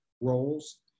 roles